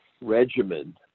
regimen